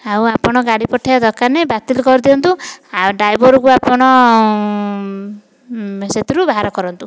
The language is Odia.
ଆଉ ଆପଣ ଗାଡ଼ି ପଠେଇବା ଦରକାର ନାହିଁ ବାତିଲ କରିଦିଅନ୍ତୁ ଆଉ ଡ୍ରାଇଭରକୁ ଆପଣ ସେଥିରୁ ବାହାର କରନ୍ତୁ